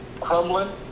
crumbling